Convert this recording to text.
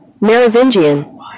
Merovingian